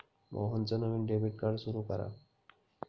मोहनचं नवं debit card सुरू करा